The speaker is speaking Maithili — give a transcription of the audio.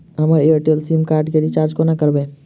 हम एयरटेल सिम कार्ड केँ रिचार्ज कोना करबै?